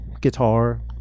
guitar